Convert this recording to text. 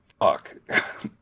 fuck